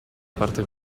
parte